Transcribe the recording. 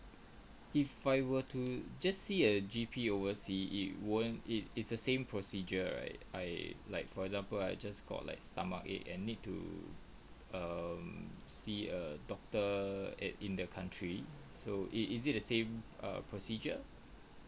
if I were to just see a G_P oversea it won't it it's the same procedure right I like for example I just got like stomachache and need to um see a doctor at in the country so it is it the same err procedure